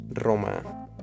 Roma